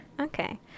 Okay